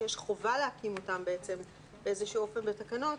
שיש חובה להקים אותן באיזה אופן על פי התקנות,